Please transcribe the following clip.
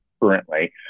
currently